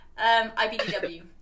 IBDW